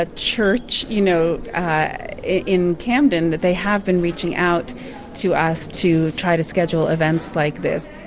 ah church you know in camden, they have been reaching out to us to try to schedule events like this.